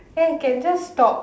ya can just talk